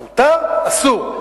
מותר, אסור.